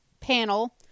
panel